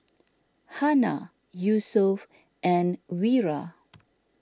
Hana Yusuf and Wira